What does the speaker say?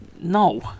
No